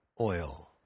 Oil